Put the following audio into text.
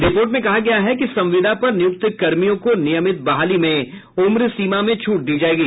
report में कहा गया है कि संविदा पर नियुक्त कर्मियों को नियमित बहाली में उम्र सीमा में छूट दी जायेगी